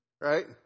right